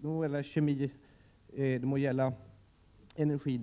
Det kan gälla kemi, energi,